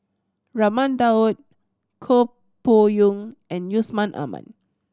Raman Daud Koh Poh Koon and Yusman Aman